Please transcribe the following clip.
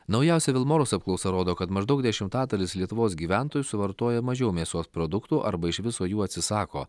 naujausia vilmorus apklausa rodo kad maždaug dešimtadalis lietuvos gyventojų suvartoja mažiau mėsos produktų arba iš viso jų atsisako